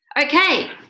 okay